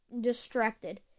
distracted